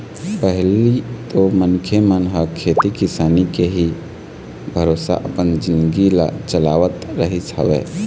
पहिली तो मनखे मन ह खेती किसानी के ही भरोसा अपन जिनगी ल चलावत रहिस हवय